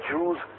Jews